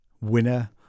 winner